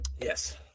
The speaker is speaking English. Yes